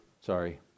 Sorry